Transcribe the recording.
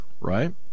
right